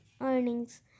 earnings